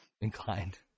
inclined